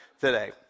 today